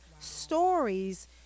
stories